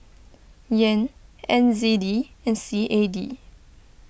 Yen N Z D and C A D